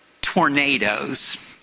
tornadoes